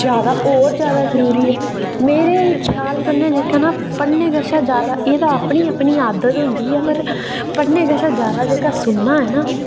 जैदा होर जैदा जरुरी ऐ मेरे ख्याल कन्नै जेह्का ना पढ़ने कशा जैदा एह् ते अपनी अपनी आदत होंदी ऐ पर पढ़ने कशा जैदा जेह्का सुनना ऐ ना